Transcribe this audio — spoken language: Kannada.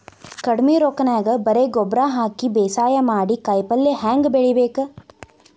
ಕಡಿಮಿ ರೊಕ್ಕನ್ಯಾಗ ಬರೇ ಗೊಬ್ಬರ ಹಾಕಿ ಬೇಸಾಯ ಮಾಡಿ, ಕಾಯಿಪಲ್ಯ ಹ್ಯಾಂಗ್ ಬೆಳಿಬೇಕ್?